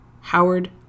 Howard